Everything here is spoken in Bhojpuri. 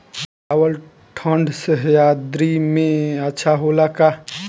चावल ठंढ सह्याद्री में अच्छा होला का?